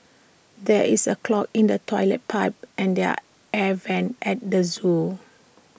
there is A clog in the Toilet Pipe and the are air Vents at the Zoo